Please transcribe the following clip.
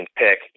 pick